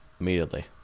immediately